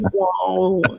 whoa